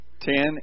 ten